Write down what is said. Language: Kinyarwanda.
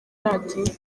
radio